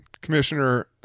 Commissioner